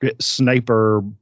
sniper